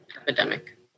epidemic